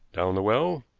down the well?